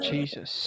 Jesus